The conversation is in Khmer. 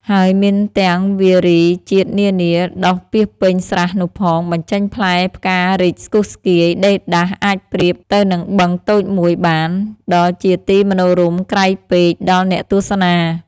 ហើយមានទាំងវារីជាតិនានា ដុះពាសពេញស្រះនោះផង បញ្ចេញផ្លែផ្ការីកស្គុះស្គាយ ដេរដាស អាចប្រៀបទៅនឹងបឹងតូចមួយបាន ដ៏ជាទីមនោរម្យក្រៃពេក ដល់អ្នកទស្សនា ។